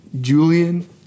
Julian